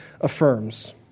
affirms